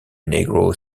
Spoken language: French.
negro